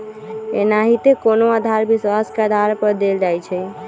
एनाहिते कोनो उधार विश्वास के आधार पर देल जाइ छइ